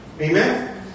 amen